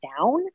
down